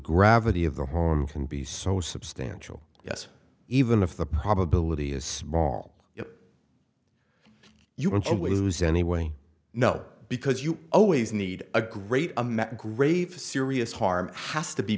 gravity of the home can be so substantial yes even if the probability is small if you want someone who's anyway no because you always need a great american grave serious harm has to be